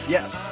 Yes